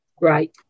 Right